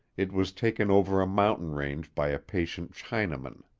it was taken over a mountain-range by a patient chinaman.